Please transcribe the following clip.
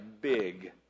big